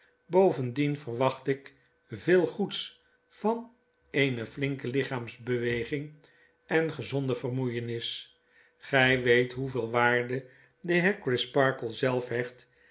bovendien verwacht ik veel goeds van eene flinke lichaamsbeweging en gezonde vermoeienis gy weet hoe veel waarde de heer crisparkle zelf